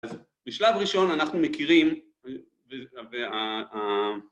‫אז בשלב ראשון אנחנו מכירים...